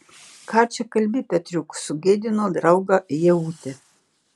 ką čia kalbi petriuk sugėdino draugą ievutė